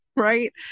right